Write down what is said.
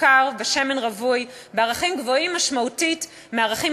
סוכר ושמן רווי בערכים גבוהים משמעותית מהערכים